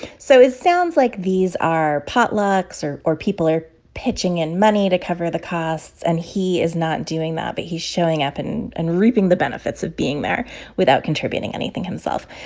so it sounds like these are potlucks or or people are pitching in money to cover the costs and he is not doing that. but he's showing up and and reaping the benefits of being there without contributing anything himself.